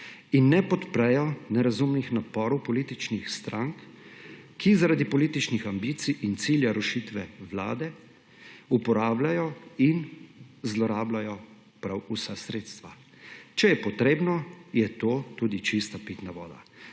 in ne podprejo nerazumnih naporov političnih strank, ki zaradi političnih ambicij in cilja rušitve vlade uporabljajo in zlorabljajo prav vsa sredstva. Če je potrebno, je to tudi čista pitna voda,